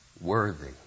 Worthy